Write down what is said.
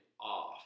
off